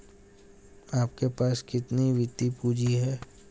आपके पास कितनी वित्तीय पूँजी है?